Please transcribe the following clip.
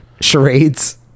charades